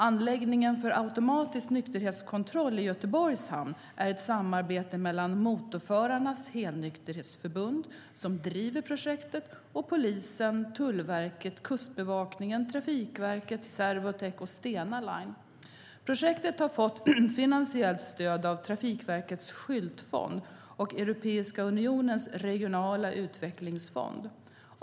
Anläggningen för automatisk nykterhetskontroll i Göteborgs hamn är ett samarbete mellan Motorförarnas Helnykterhetsförbund, som driver projektet, och polisen, Tullverket, Kustbevakningen, Trafikverket, Servotek och Stena Line. Projektet har fått finansiellt stöd av Trafikverkets skyltfond och Europeiska unionens regionala utvecklingsfond.